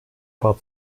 war